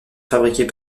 fabriquée